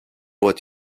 what